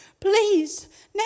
please